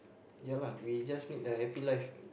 ya lah we just need a happy life